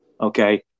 okay